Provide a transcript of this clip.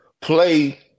play